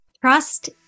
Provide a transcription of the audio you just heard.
Trust